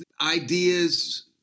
ideas